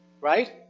Right